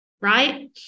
right